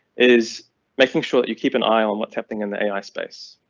is making sure that you keep an eye on what's happening in the ai space,